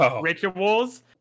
rituals